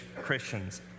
Christians